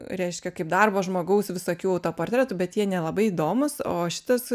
reiškia kaip darbo žmogaus visokių autoportretų bet jie nelabai įdomūs o šitas